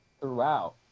throughout